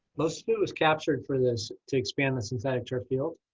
mostly was captured for this to expand the synthetic turf field,